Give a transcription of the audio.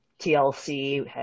TLC